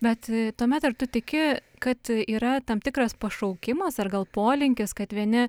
bet tuomet ar tu tiki kad yra tam tikras pašaukimas ar gal polinkis kad vieni